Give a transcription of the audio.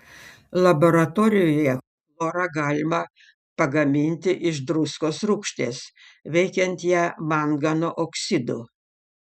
laboratorijoje chlorą galima pagaminti iš druskos rūgšties veikiant ją mangano oksidu